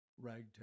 ragtag